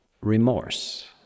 remorse